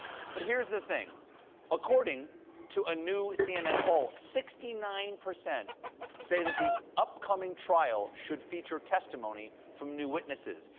but here's the thing according to a new cnn poll, sixty nine percent say that the upcoming trial should feature testimony from new witnesses.